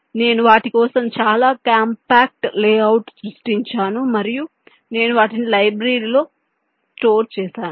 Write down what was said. నేను వాటి కోసం చాలా కాంపాక్ట్ లేఅవుట్ను సృష్టించాను మరియు నేను వాటిని లైబ్రరీలో నిల్వ చేసాను